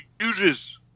uses